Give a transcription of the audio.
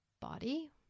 body